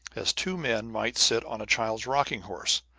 as two men might sit on a child's rocking-horse,